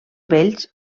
vells